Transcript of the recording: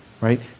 Right